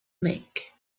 make